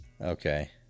Okay